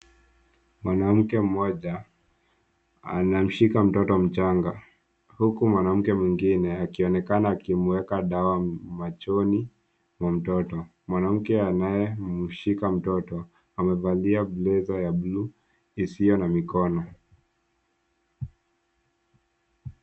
Mwanamke mmoja anamshika mtoto mchanga, huku mwanamke mwingine akionekana akimweka dawa machoni mwa mtoto. Mwanamke anayemshika mtoto amevalia blazer ya buluu isiyo na mikono.